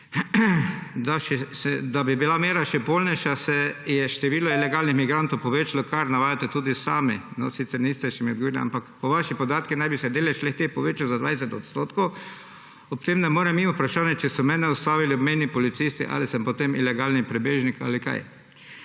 Da bi bila mera še polnejša, se je število ilegalnih migrantov povečalo, kar navajate tudi sami. Sicer mi še niste odgovorili, ampak po vaših podatkih naj bi se delež le-teh povečal za 20 %. Ob tem ne morem mimo vprašanja, če so mene ustavili obmejni policisti, ali sem potem ilegalni prebežnik ali kaj.